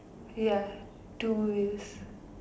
ya two wheels